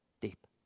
deep